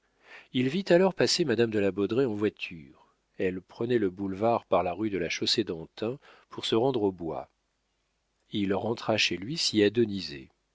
il vit alors passer madame de la baudraye en voiture elle prenait le boulevard par la rue de la chaussée-d'antin pour se rendre au bois il n'y a plus que cela se dit-il il rentra chez lui s'y